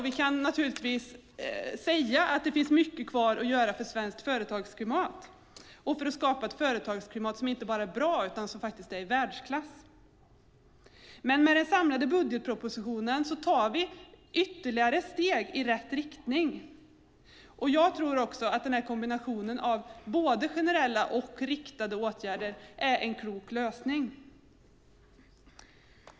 Vi kan naturligtvis säga att det finns mycket kvar att göra för svenskt företagsklimat och för att skapa ett företagsklimat som inte bara är bra utan som faktiskt är i världsklass. Men med den samlade budgetpropositionen tar vi ytterligare steg i rätt riktning. Jag tror också att kombinationen av generella åtgärder och riktade åtgärder är en klok lösning.